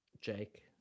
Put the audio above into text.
jake